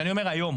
אני אומר היום,